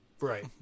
right